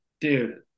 dude